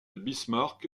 bismarck